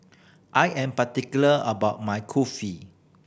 I am particular about my Kulfi